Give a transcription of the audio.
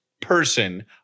person